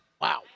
Wow